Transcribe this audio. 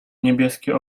niebieskie